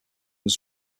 was